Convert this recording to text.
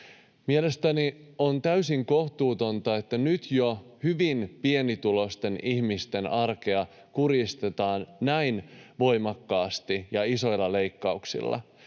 Mielestäni on täysin kohtuutonta, että nyt jo hyvin pienituloisten ihmisten arkea kurjistetaan näin voimakkaasti ja isoilla leikkauksilla.